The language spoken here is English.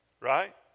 right